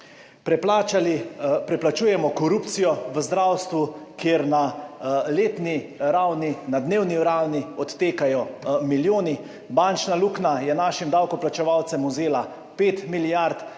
preplačujemo korupcijo v zdravstvu, kjer na letni ravni, na dnevni ravni odtekajo milijoni, bančna luknja je našim davkoplačevalcem vzela 5 milijard,